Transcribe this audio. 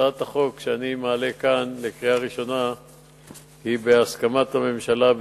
הצעת החוק שאני מעלה כאן לקריאה ראשונה היא בהסכמת הממשלה,